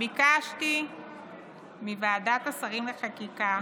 ביקשתי מוועדת השרים לחקיקה